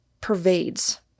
pervades